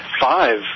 Five